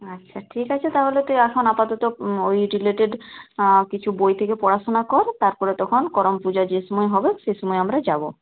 আচ্ছা ঠিক আছে তাহলে তুই এখন আপাতত ওই রিলেটেড কিছু বই থেকে পড়াশুনা কর তারপরে তখন করম পূজা যে সময় হবে সেই সময় আমরা যাবো